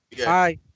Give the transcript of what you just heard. Hi